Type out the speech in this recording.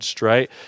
right